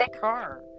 car